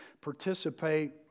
participate